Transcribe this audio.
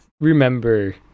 remember